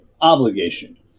obligation